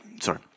sorry